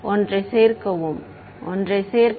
மாணவர் ஒன்றைசேர்க்கவும் ஒன்றை சேர்க்க